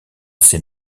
ses